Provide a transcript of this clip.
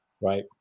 Right